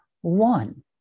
One